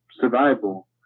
survival